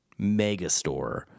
megastore